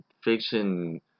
fiction